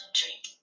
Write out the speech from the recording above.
drink